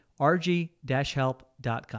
rg-help.com